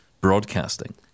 broadcasting